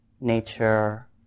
nature